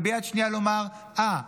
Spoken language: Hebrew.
וביד שנייה לומר: אה,